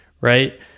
Right